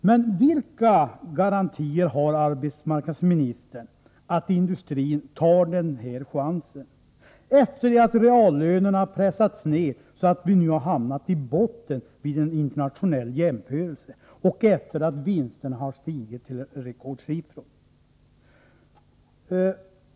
Men vilka garantier har arbetsmarknadsministern för att industrin tar den här chansen, efter det att reallönerna har pressats ned så att vi har hamnat i botten vid en internationell jämförelse och efter det att vinsterna har stigit till rekordsiffror?